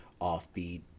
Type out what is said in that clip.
offbeat